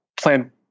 plan